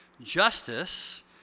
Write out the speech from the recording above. Justice